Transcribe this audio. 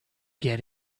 get